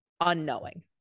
unknowing